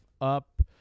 up